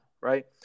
right